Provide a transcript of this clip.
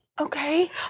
okay